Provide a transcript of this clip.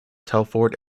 telford